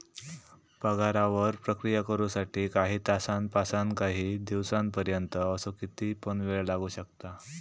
पगारावर प्रक्रिया करु साठी काही तासांपासानकाही दिसांपर्यंत असो किती पण येळ लागू शकता